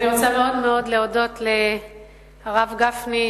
אני רוצה מאוד מאוד להודות לרב גפני,